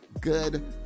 good